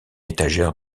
étagère